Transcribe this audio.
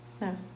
no